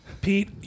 Pete